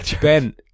Ben